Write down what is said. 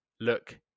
look